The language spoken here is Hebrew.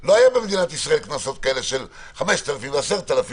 לא היו במדינת ישראל קנסות כאלה של 5,000 ו-10,000.